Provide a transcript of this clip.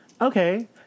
okay